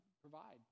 provide